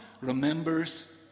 remembers